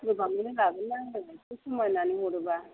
गोबाङैनो लागोन्ना आंनो एसे खमायनानै हरोबा